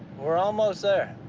we're almost there.